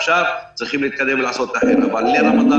עכשיו צריך להתקדם ולעשות --- אבל להיום,